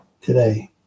today